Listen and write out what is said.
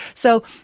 so,